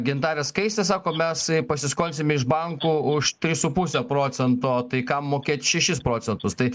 gintarė skaistė sako mes pasiskolinsime iš bankų už tris su puse procento tai kam mokėt šešis procentus tai